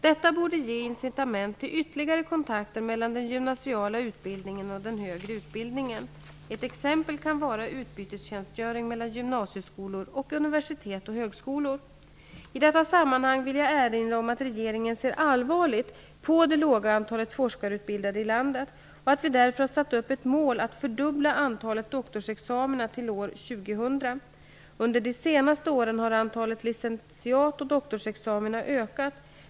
Detta borde ge incitament till ytterligare kontakter mellan den gymnasiala utbildningen och den högre utbildningen. Ett exempel kan vara utbytestjänstgöring mellan gymnasieskolor och universitet och högskolor. I detta sammanhang vill jag erinra om att regeringen ser allvarligt på det låga antalet forskarutbildade i landet och att vi därför har satt upp ett mål att fördubbla antalet doktorsexamina till år 2000. Under de senaste åren har antalet licentiat och doktorsexamina ökat.